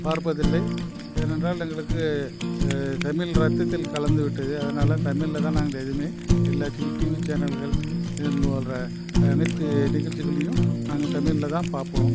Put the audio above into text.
பார்ப்பதில்லை ஏன்னென்றால் எங்களுக்கு தமிழ் இரத்தத்தில் கலந்து விட்டது அதனால் தமிழில்தான் நாங்கள் எதுவுமே எல்லாத்தையும் டிவி சேனல்கள் அனைத்து நிகழ்ச்சிகளையும் நாங்கள் தமிழில்தான் பார்ப்போம்